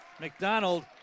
McDonald